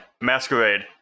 Masquerade